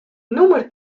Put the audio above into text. nûmer